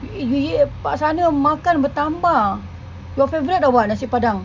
you you eat dekat sana makan bertambah your favourite or what nasi padang